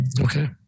Okay